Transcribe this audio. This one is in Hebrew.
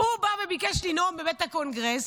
הוא בא וביקש לנאום בבית הקונגרס,